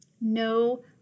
No